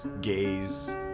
gays